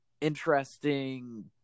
interesting